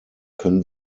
können